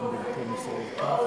אני לא בוחר כלום.